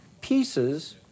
pieces